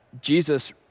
Jesus